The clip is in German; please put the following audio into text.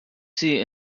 sie